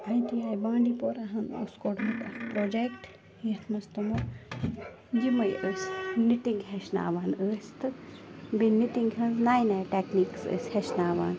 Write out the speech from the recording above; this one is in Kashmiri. آی ٹی آی بانٛڈی پورَاہَن اوٗس کوٚڈمُت اَکھ پرٛوجیٚکٹہٕ یَتھ منٛز تِمو یِمَے ٲسۍ نِٹِنٛگ ہیٚچھناوان ٲسۍ تہٕ بیٚیہِ نِٹِنٛگ ہنٛز نَیہِ نَیہِ ٹیٚکنیٖکٕس ٲسۍ ہیٚچھناوان